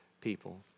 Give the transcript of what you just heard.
people